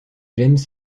james